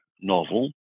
novel